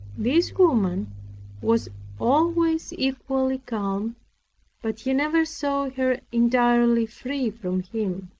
this woman was always equally calm but he never saw her entirely free from him.